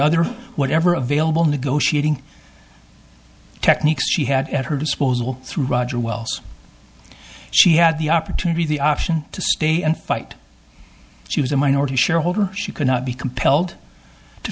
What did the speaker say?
other whatever available negotiating techniques she had at her disposal through roger well she had the opportunity the option to stay and fight she was a minority shareholder she could not be compelled to